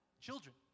Children